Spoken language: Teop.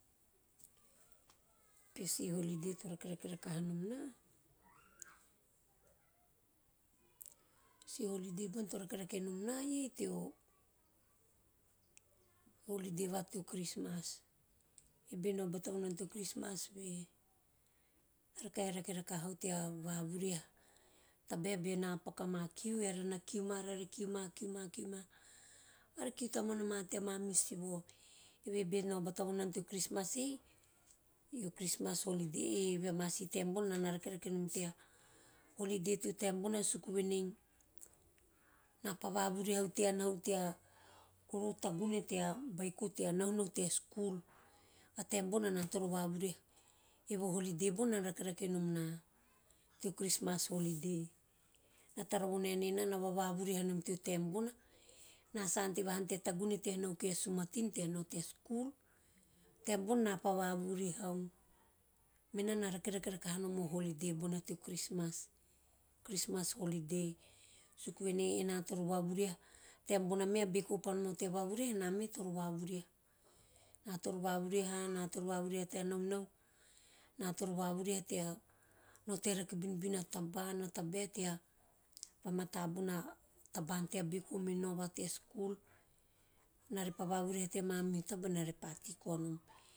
Peho si holiday to rakerake rakaha nom na, o si holiday to rakerake nom na eie teo, o holiday va teo christmas, me nao bata vonara teo christmas ean pa rake rakaha tea vavuriha, tabae beara paku ma ama kiu, eara na kiu mara, are kiu- kiu ma, are kiu tamuana ma teama sivo. Evehe be nau bata voma teo christmas ei, ei o christmas holiday ei, eve ama si taem bona enana rakerake nom tea holiday teo taim bona suku venei ena pa vavurihau tea goroho tagune tea nahunahu tea beiko tea nau tea skul, mea taem bona ena toro vavuniha, eve o holiday bona nana rakerake nom na o christmas holiday, na tara vo noenei enana vavahurihanom toe taem bona, na sa ante hanom te tagune tea nahu kie sumatin tea nao tea skul, taem bona ena pa vavurihau. Mena na rakerake rakanom o holiday bona teo christmas - christmas holiday, taem bona me a beiko pa vavurihau tea nao tea skul me ena me toro vavuriha - ena tovo vavuriha, ena me tovo vavuriha tea nahunahu, vavuriha tea nao tea rake binbin a taba`an, a tabae tea va mata bona taba`an tea beiko mene nao va tea skul. Ena repa vavuriha tea mamihu taba ena repa tei koa mon van.